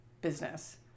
business